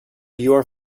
your